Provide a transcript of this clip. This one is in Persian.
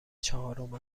چهارم